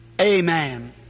Amen